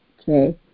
okay